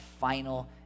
final